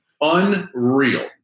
unreal